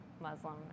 Muslim